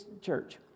church